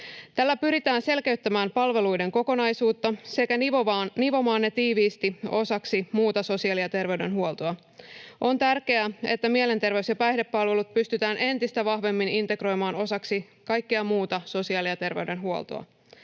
Tällä pyritään selkeyttämään palveluiden kokonaisuutta sekä nivomaan ne tiiviisti osaksi muuta sosiaali- ja terveydenhuoltoa. On tärkeää, että mielenter-veys- ja päihdepalvelut pystytään entistä vahvemmin integroimaan osaksi kaikkea muuta sosiaali- ja terveydenhuoltoa.